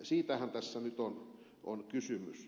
siitähän tässä nyt on kysymys